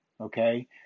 Okay